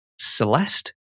Celeste